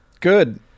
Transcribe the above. Good